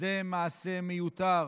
זה מעשה מיותר.